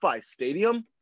Stadium